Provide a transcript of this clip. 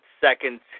seconds